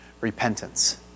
repentance